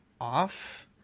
off